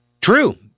True